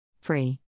free